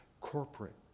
corporate